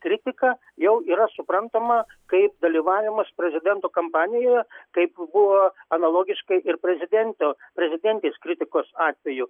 kritika jau yra suprantama kaip dalyvavimas prezidento kampanijoje kaip buvo analogiškai ir prezidento prezidentės kritikos atveju